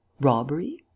robbery